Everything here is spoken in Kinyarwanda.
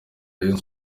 rayon